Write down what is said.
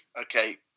okay